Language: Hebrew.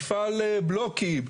מפעל בלוקים,